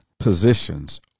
positions